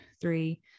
three